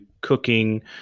cooking